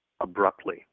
abruptly